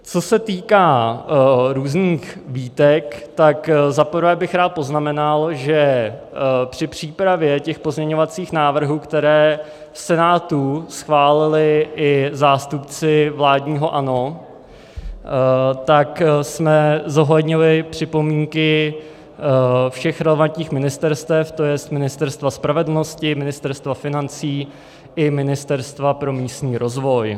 Co se týká různých výtek, za prvé bych rád poznamenal, že při přípravě pozměňovacích návrhů, které v Senátu schválili i zástupci vládního ANO, jsme zohlednili připomínky všech relevantních ministerstev, tj. Ministerstva spravedlnosti, Ministerstva financí i Ministerstva pro místní rozvoj.